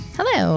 Hello